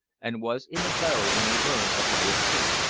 and was in abo when he learned of my escape.